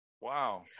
Wow